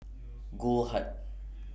Goldheart